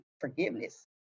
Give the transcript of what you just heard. Forgiveness